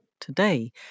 today